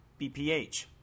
BPH